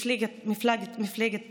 מפלגת תע"ל.